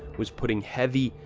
was putting heavy,